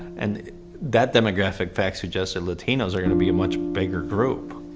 and that demographic facts are just that latinos are going to be a much bigger group.